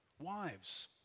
Wives